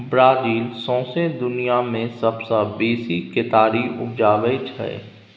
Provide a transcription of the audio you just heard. Brazil सौंसे दुनियाँ मे सबसँ बेसी केतारी उपजाबै छै